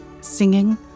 Singing